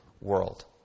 world